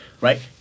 Right